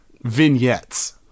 vignettes